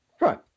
Right